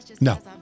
No